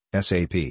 SAP